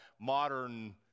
modern